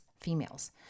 females